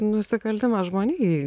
nusikaltimas žmonijai